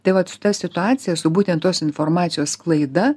tai vat su situacija su būtent tos informacijos sklaida